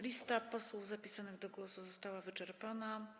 Lista posłów zapisanych do głosu została wyczerpana.